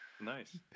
Nice